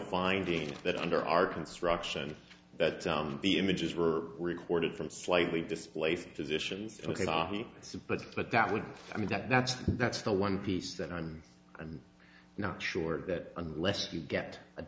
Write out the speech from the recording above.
finding that under our construction that the images were recorded from slightly displaced positions supported but that would mean that that's that's the one piece that i'm i'm not sure that unless you get